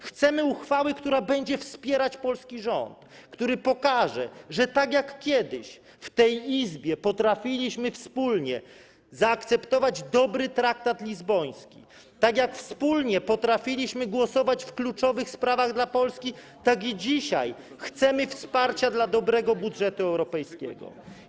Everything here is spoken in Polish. Chcemy uchwały, która będzie wspierać polski rząd, który pokaże, że tak jak kiedyś w tej Izbie potrafiliśmy wspólnie zaakceptować dobry traktat lizboński, tak jak wspólnie potrafiliśmy głosować w sprawach kluczowych dla Polski, tak i dzisiaj chcemy wsparcia dla dobrego budżetu europejskiego.